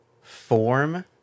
form